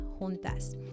juntas